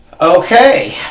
okay